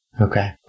Okay